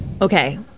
okay